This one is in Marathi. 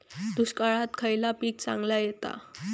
दुष्काळात खयला पीक चांगला येता?